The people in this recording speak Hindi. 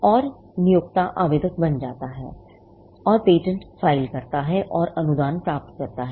और नियोक्ता आवेदक बन जाता है और पेटेंट फाइल करता है और अनुदान प्राप्त करता है